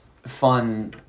fun